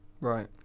Right